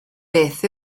beth